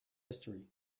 history